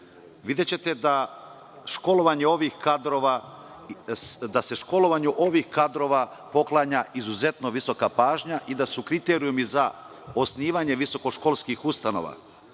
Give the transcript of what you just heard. videćete da se školovanju ovih kadrova poklanja izuzetno visoka pažnja i da su kriterijumi za osnivanje visokoškolskih ustanova